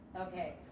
Okay